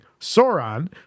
Sauron